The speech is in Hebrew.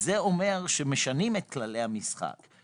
זה אומר שמשנים את כללי המשחק,